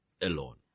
alone